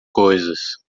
coisas